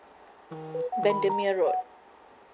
bendemeer road